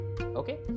okay